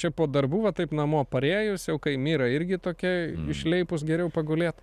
čia po darbų va taip namo parėjus jau kai mira irgi tokia išleipus geriau pagulėt